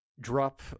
drop